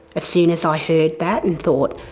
as soon as i heard that and thought